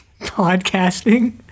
podcasting